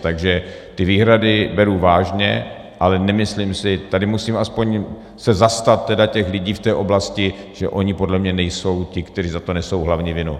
Takže ty výhrady beru vážně, ale nemyslím si tady musím aspoň se zastat tedy těch lidí v té oblasti, že oni podle mě nejsou ti, kteří za to nesou hlavní vinu.